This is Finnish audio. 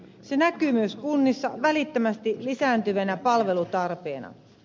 se näkyy myös kunnissa välittömästi lisääntyvänä palvelutarpeena